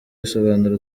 risobanura